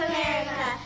America